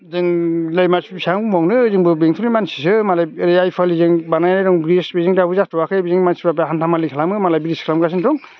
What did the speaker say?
जोंलाय बेसिबां बुंबावनो जोंबो बेंथलनि मानसिसो मालाय आइफवालिजों बानायनाय दं ब्रिडज बेजों जाथ'आखै बेजों मानसिफ्रा हान्थामेला खालामो मालाय ब्रिडज खालामगासिनो दं